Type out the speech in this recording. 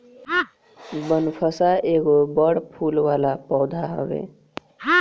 बनफशा एगो बड़ फूल वाला पौधा हवे